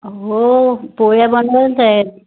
हो पोळया बनवत आहेत